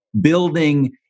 building